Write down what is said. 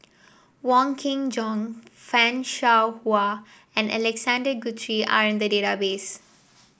Wong Kin Jong Fan Shao Hua and Alexander Guthrie are in the database